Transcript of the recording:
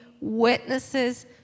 witnesses